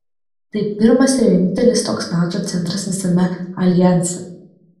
tai pirmas ir vienintelis toks nato centras visame aljanse